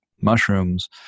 mushrooms